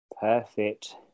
Perfect